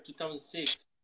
2006